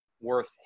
worth